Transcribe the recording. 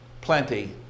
plenty